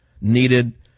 needed